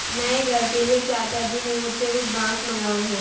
नए घर के लिए चाचा जी ने मुझसे कुछ बांस मंगाए हैं